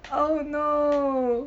oh no